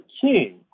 King